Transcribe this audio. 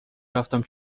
رفتم